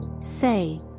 Say